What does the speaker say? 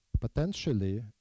Potentially